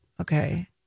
Okay